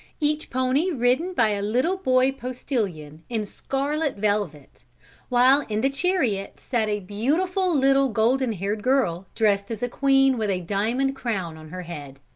each pony ridden by a little boy postilion, in scarlet velvet while in the chariot sat a beautiful, little, golden-haired girl, dressed as a queen, with a diamond crown on her head.